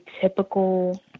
typical